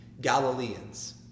Galileans